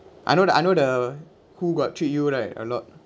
I know the I know the who got treat you right a lot